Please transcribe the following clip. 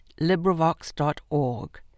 LibriVox.org